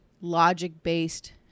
logic-based